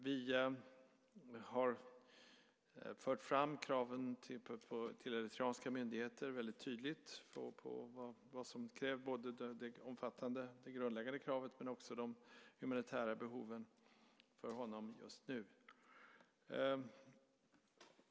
Vi har fört fram kraven till eritreanska myndigheter väldigt tydligt, både det grundläggande kravet och när det gäller de humanitära behoven för honom just nu.